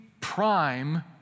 prime